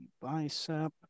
bicep